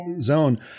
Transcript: zone